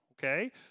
okay